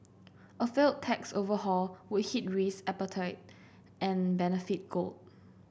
a failed tax overhaul would hit risk appetite and benefit gold